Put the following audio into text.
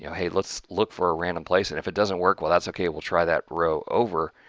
you know hey, let's look for a random place, and if it doesn't work well that's ok, we'll try that row over.